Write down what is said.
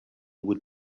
would